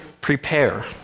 prepare